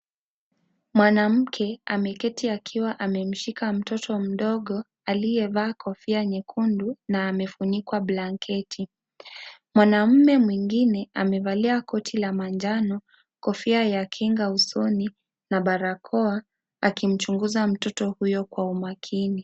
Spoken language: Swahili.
Mwanamke ameketi akiwa ameshika mtoto mdogo aliyevaa kofia nyekundu na amefunikwa blanketi. Mwanaume mwengine amevalia koti la manjano, kofia ya kinga usoni na barakoa akimchunguza mtoto huyo kwa makini.